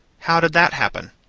how did that happen?